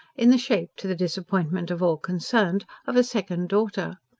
in the shape to the disappointment of all concerned of a second daughter.